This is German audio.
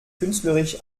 künstlerisch